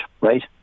right